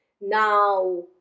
Now